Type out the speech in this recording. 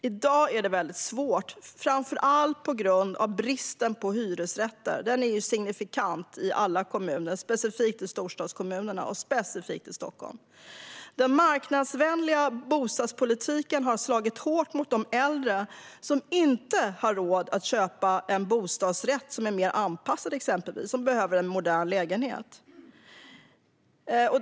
I dag är det svårt, framför allt på grund av bristen på hyresrätter, som är signifikant i alla kommuner, särskilt i storstadskommunerna och i Stockholm. Den marknadsvänliga bostadspolitiken har slagit hårt mot de äldre som behöver en modern lägenhet men inte har råd att köpa en mer anpassad bostadsrätt.